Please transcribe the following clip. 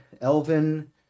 Elvin